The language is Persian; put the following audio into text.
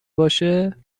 باشه